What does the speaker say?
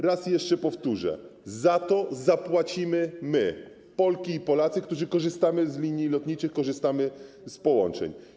Raz jeszcze powtórzę: za to zapłacimy my, Polki i Polacy, którzy korzystamy z linii lotniczych, korzystamy z połączeń.